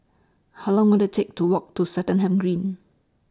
How Long Will IT Take to Walk to Swettenham Green